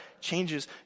changes